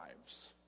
lives